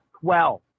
Twelve